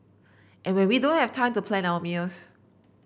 and when we don't have time to plan our meals